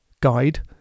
guide